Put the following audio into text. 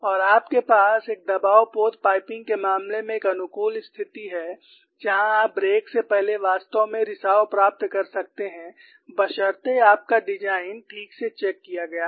और आपके पास एक दबाव पोत पाइपिंग के मामले में एक अनुकूल स्थिति है जहां आप ब्रेक से पहले वास्तव में रिसाव प्राप्त कर सकते हैं बशर्ते आपका डिज़ाइन ठीक से चेक किया गया हो